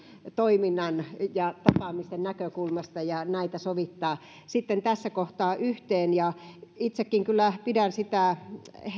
toiminnan ja tapaamisten näkökulmasta ja näitä sovittaa sitten tässä kohtaa yhteen itsekään en kyllä pidä hyvänä sitä